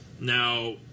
Now